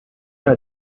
can